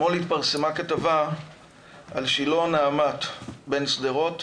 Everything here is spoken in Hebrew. אתמול התפרסמה כתבה על שילה נעמת בן שדרות,